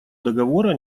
договора